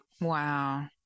Wow